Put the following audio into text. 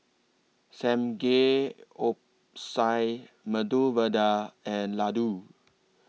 Samgeyopsal Medu Vada and Ladoo